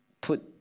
put